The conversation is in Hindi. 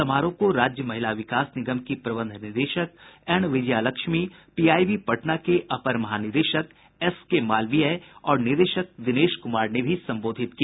समारोह को राज्य महिला विकास निगम की प्रबंध निदेशक एन विजयालक्ष्मी पीआईबी पटना के अपर महानिदेशक एसके मालवीय और निदेशक दिनेश कुमार ने भी संबोधित किया